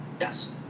yes